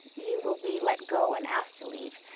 you will be let go and asked to leave.